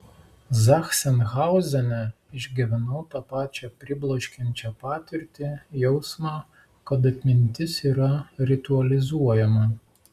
zachsenhauzene išgyvenau tą pačią pribloškiančią patirtį jausmą kad atmintis yra ritualizuojama